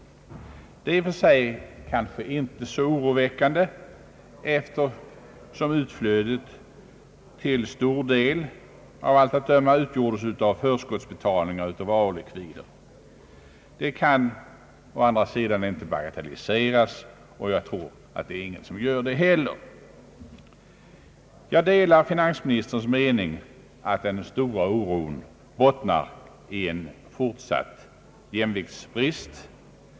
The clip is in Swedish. Detta är i och för sig kanske inte så oroväckande, eftersom utflödet till stor del utgjordes av förskottsbetalningar av varulikvider. Det kan å andra sidan inte bagatelliseras, och jag tror inte någon gör det heller. Jag delar finansministerns uppfattning att den stora oron bottnar i en fortsatt jämviktsbrist.